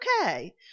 okay